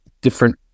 different